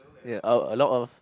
a a lot of